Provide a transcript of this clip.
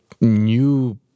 new